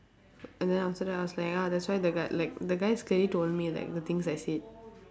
and then after that I was like ah that's why the guy like the guys clearly told me like the things I said